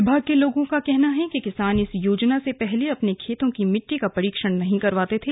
विभाग के लोगों का कहना है कि किसान इस योजना से पहले अपने खेतों की मिट्टी का परीक्षण नहीं करवाते थे